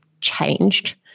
changed